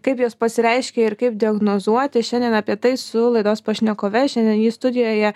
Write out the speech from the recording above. kaip jos pasireiškia ir kaip diagnozuoti šiandien apie tai su laidos pašnekove šiandien ji studijoje